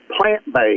plant-based